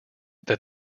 that